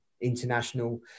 international